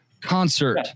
concert